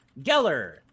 Geller